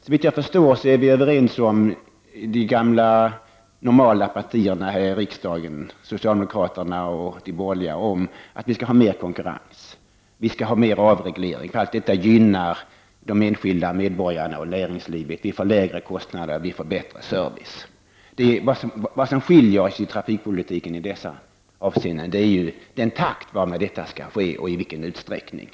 Såvitt jag förstår, är de gamla ”normala” partierna här i riksdagen, socialdemokraterna och de borgerliga, överens om att det skall vara mer konkurrens och mer avreglering, för detta gynnar de enskilda medborgarna och näringslivet. De får lägre kostnader, och vi får bättre service. Vad som skiljer oss i trafikpolitiken i dessa avseenden är den takt varmed detta skall ske och i vilken utsträckning.